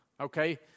okay